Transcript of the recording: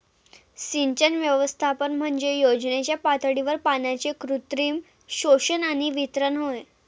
सिंचन व्यवस्थापन म्हणजे योजनेच्या पातळीवर पाण्याचे कृत्रिम शोषण आणि वितरण होय